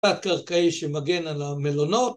‫קרקעי שמגן על המלונות.